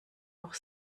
auch